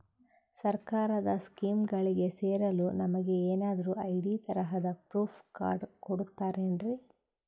ಸರ್ಕಾರದ ಸ್ಕೀಮ್ಗಳಿಗೆ ಸೇರಲು ನಮಗೆ ಏನಾದ್ರು ಐ.ಡಿ ತರಹದ ಪ್ರೂಫ್ ಕಾರ್ಡ್ ಕೊಡುತ್ತಾರೆನ್ರಿ?